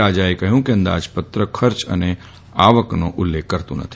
રાજાએ કહ્યું કે અંદાજપત્ર ખર્ચ અને આવકનો ઉલ્લેખ કરતું નથી